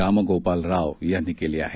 रामगोपाल राव यांनी केली आहे